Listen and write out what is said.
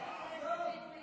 פשוט לא נכון,